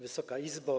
Wysoka Izbo!